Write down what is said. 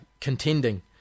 contending